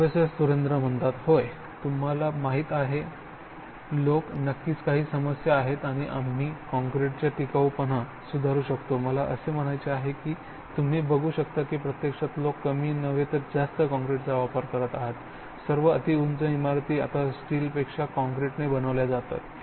professor Surendra होय तुम्हाला माहीत आहे लोक नक्कीच काही समस्या आहेत आणि आम्ही काँक्रीटची टिकाऊपणा सुधारू शकतो मला असे म्हणायचे आहे की तुम्ही बघू शकता की प्रत्यक्षात लोक कमी नव्हे तर जास्त काँक्रीट वापरत आहोत सर्व अति उंच इमारती आता स्टील पेक्षा काँक्रीटने बनवल्या जातात